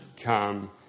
come